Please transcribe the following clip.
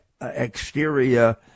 exterior